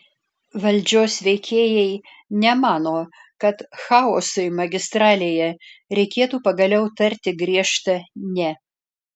valdžios veikėjai nemano kad chaosui magistralėje reikėtų pagaliau tarti griežtą ne